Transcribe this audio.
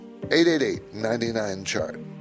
888-99-CHART